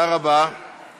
כי